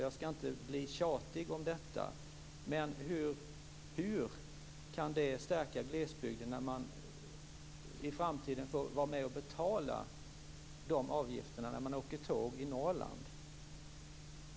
Jag ska inte bli tjatig om detta, men hur kan det stärka glesbygden när man i framtiden får vara med och betala de avgifterna när man åker tåg i Norrland?